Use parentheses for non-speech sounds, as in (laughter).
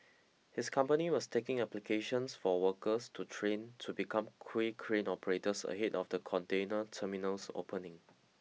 his company was taking applications for workers to train to become (unintelligible) crane operators ahead of the container terminal's opening